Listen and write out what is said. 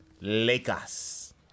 Lakers